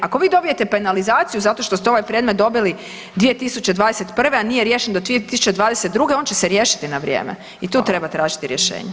Ako vi dobijete penalizaciju zato što ste ovaj predmet dobili 2021. a nije riješen do 2022. on će se riješiti na vrijeme i tu treba tražiti rješenje.